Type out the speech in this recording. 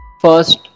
first